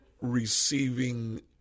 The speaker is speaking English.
receiving